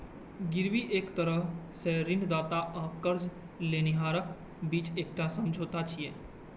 गिरवी एक तरह सं ऋणदाता आ कर्ज लेनिहारक बीच एकटा समझौता छियै